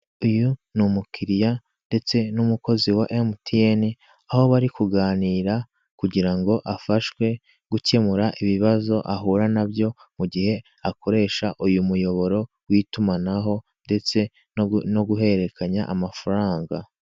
Uyu ni umukiriya ndetse n'umukozi wa MTN aho bari kuganira kugirango afashwe gukemura ibibazo ahura nabyo mu gihe akoresha uyu muyoboro w'itumanaho ndetse no guhererekenya amafaranga.